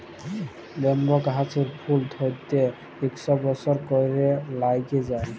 bamboo গাহাচের ফুল ধ্যইরতে ইকশ বসর ক্যইরে ল্যাইগে যায়